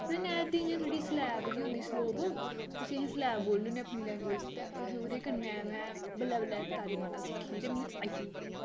ते नैह्र दी इ'यां थोह्ड़ी स्लैब जी होंदी स्लोप उस्सी अस स्लैप बोलने होन्नें अपनी लैंग्वेज च ते ओह्दै कन्नै कन्नै में तैरी पाना सिक्खी ते मिगी आई गेआ